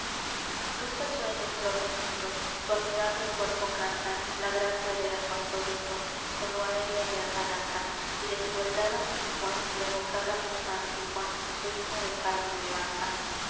luz de sueño flor de mito tu admirable cuerpo canta la gracia de hermafrodito con lo aéreo de atalanta y de tu beldad ambigua la evocada musa antigua su himno de carne levanta